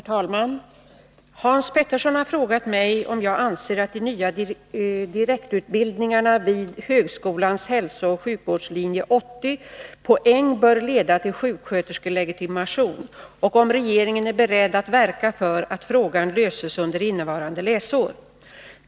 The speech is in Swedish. Herr talman! Hans Petersson i Hallstahammar har frågat mig om jag anser att de nya direktutbildningarna vid högskolans hälsooch sjukvårdslinje 80 poäng bör leda till sjuksköterskelegitimation och om regeringen är beredd att verka för att frågan löses under innevarande läsår.